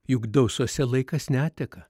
juk dausose laikas neteka